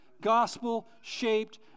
Gospel-shaped